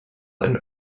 and